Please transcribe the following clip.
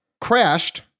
crashed